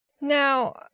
Now